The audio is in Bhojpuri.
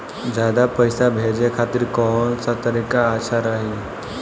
ज्यादा पईसा भेजे खातिर कौन सा तरीका अच्छा रही?